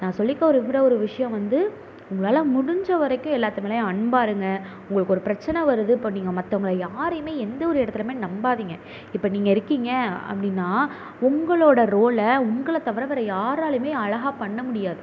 நான் சொல்லிக்க விரும்புகிற ஒரு விஷயம் வந்து உங்களால் முடிஞ்ச வரைக்கும் எல்லாத்து மேலேயும் அன்பாக இருங்கள் உங்களுக்கு ஒரு பிரச்சனை வருது இப்போ நீங்கள் மற்றவங்கள யாரையுமே எந்த ஒரு எடத்துலயுமே நம்பாதீங்க இப்போ நீங்கள் இருக்கீங்க அப்படின்னா உங்களோடய ரோலை உங்களைத் தவிர வேறு யாராலுமே அழகாக பண்ண முடியாது